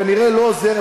כנראה לא עוזר,